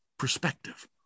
perspective